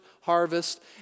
harvest